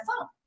phone